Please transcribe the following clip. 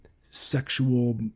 sexual